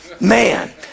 Man